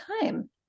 time